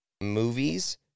movies